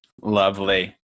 lovely